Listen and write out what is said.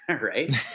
right